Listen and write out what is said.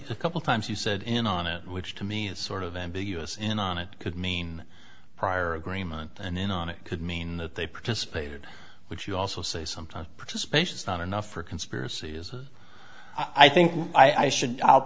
be a couple times you said in on it which to me is sort of ambiguous in on it could mean prior agreement and then on it could mean that they participated which you also say sometimes participation is not enough for conspiracy is i think i should